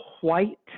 white